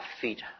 feet